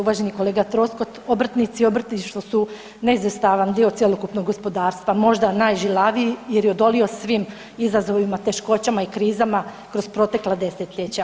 Uvaženi kolega Troskot, obrtnici i obrtništvo su neizostavan dio cjelokupnog gospodarstva, možda najžilaviji jer je odolio svim izazovima, teškoćama i krizama kroz protekla desetljeća.